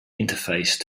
interface